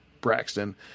Braxton